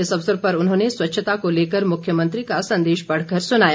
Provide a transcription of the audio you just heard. इस अवसर पर उन्होंने स्वच्छता को लेकर मुख्यमंत्री का संदेश पढ़ कर सुनाया